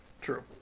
True